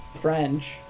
French